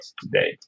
today